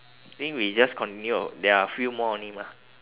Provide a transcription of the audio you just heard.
I think we just continue there are a few more only mah